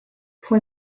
fue